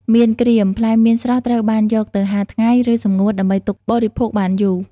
មៀនក្រៀម ផ្លែមៀនស្រស់ត្រូវបានយកទៅហាលថ្ងៃ ឬសម្ងួតដើម្បីទុកបរិភោគបានយូរ។